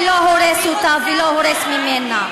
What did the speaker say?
ולא הורס אותה ולא הורס ממנה.